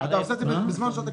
אתה עושה את זה בזמן שעות הקבלה.